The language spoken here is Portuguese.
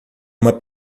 uma